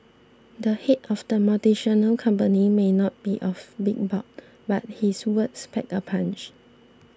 the head of the multinational company may not be of big bulk but his words pack a punch